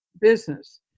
business